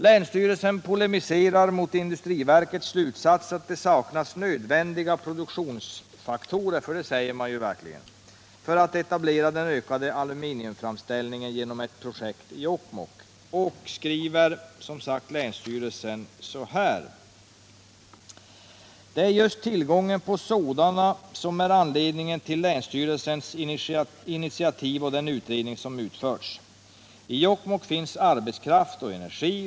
Länsstyrelsen polemiserar mot industriverkets slutsats att det saknas nödvändiga produktionsfaktorer — vilket verket säger — för att etablera den ökade aluminiumframställningen genom ett projekt i Jokkmokk. Länsstyrelsen skriver: ”Men det är just tillgången på sådana som är anledningen till länsstyrelsens initiativ och den utredning som utförts. I Jokkmokk finns arbetskraft och energi.